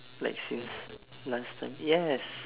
lexus last time yes